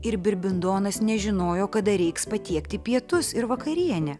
ir birbindonas nežinojo kada reiks patiekti pietus ir vakarienę